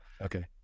okay